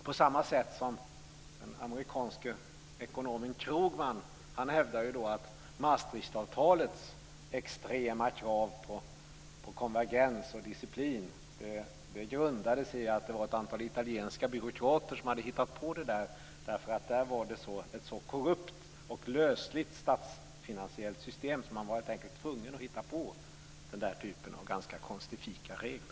På samma sätt hävdar den amerikanske ekonomen Krugman att Maastrichtavtalets extrema krav på konvergens och disciplin hade sin grund i att ett antal italienska byråkrater hade hittat på dem, därför att det där var ett så korrupt och lösligt statsfinansiellt system att man helt enkelt var tvungen att hitta på den typen av ganska konstifika regler.